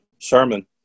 sermon